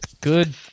Good